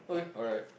okay alright